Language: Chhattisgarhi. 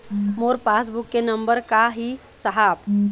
मोर पास बुक के नंबर का ही साहब?